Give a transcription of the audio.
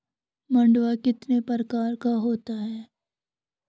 मंडुआ कितने प्रकार का होता है?